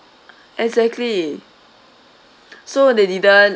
exactly so they didn't